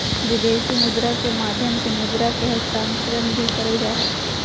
विदेशी मुद्रा के माध्यम से मुद्रा के हस्तांतरण भी करल जा हय